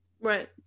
Right